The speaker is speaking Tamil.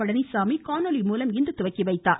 பழனிசாமி காணொலி மூலம்இன்று துவக்கி வைத்தார்